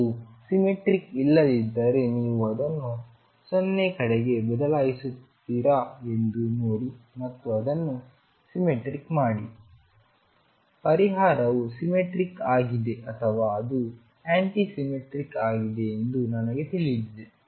ಇದು ಸಿಮ್ಮೆಟ್ರಿಕ್ ಇಲ್ಲದಿದ್ದರೆ ನೀವು ಅದನ್ನು 0 ಕಡೆಗೆ ಬದಲಾಯಿಸುತ್ತೀರಾ ಎಂದು ನೋಡಿ ಮತ್ತು ಅದನ್ನು ಸಿಮ್ಮೆಟ್ರಿಕ್ ಮಾಡಿ ಪರಿಹಾರವು ಸಿಮ್ಮೆಟ್ರಿಕ್ ಆಗಿದೆ ಅಥವಾ ಅದು ಆ್ಯಂಟಿಸಿಮ್ಮೆಟ್ರಿಕ್ ಆಗಿದೆ ಎಂದು ನನಗೆ ತಿಳಿದಿದೆ